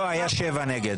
לא, היה שבע נגד.